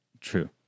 True